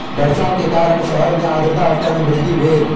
वर्षा के कारण शहर मे आर्द्रता स्तर मे वृद्धि भेल